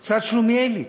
קצת שלומיאלית,